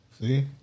See